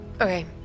Okay